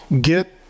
get